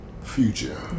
future